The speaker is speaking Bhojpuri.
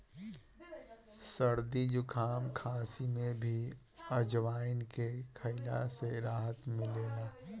सरदी जुकाम, खासी में भी अजवाईन के खइला से राहत मिलेला